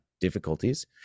difficulties